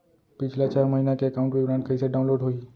पिछला छः महीना के एकाउंट विवरण कइसे डाऊनलोड होही?